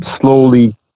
slowly